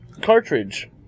cartridge